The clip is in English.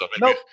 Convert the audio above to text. No